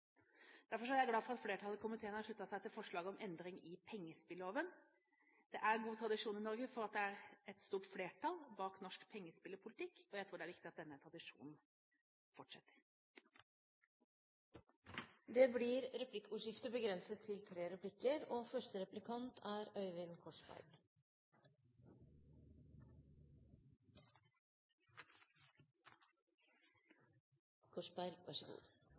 Derfor er jeg glad for at flertallet i komiteen har sluttet seg til forslaget om endring i pengespilloven. Det er god tradisjon i Norge for at det er et stort flertall bak norsk pengespillpolitikk, og jeg tror det er viktig at denne tradisjonen fortsetter. Det blir replikkordskifte. Jeg viser til Riksrevisjonens rapport om Norsk Tipping. Mitt spørsmål til statsråden er: